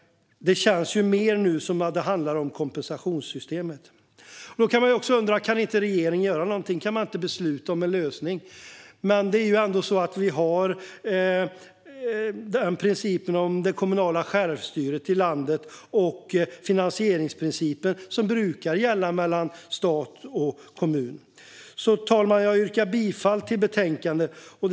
Det känns nu mer som om det handlar om kompensationssystemet. Kan då inte regeringen bara besluta om en lösning? Men vi har ju principen om kommunalt självstyre i landet och finansieringsprinciper som brukar gälla mellan stat och kommun. Fru talman! Jag yrkar bifall till utskottets förslag.